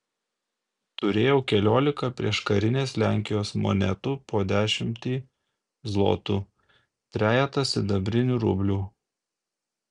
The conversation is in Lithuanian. turėjau keliolika prieškarinės lenkijos monetų po dešimtį zlotų trejetą sidabrinių rublių